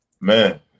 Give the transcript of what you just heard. man